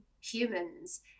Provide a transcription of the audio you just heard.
humans